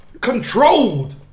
controlled